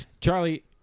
Charlie